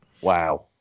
Wow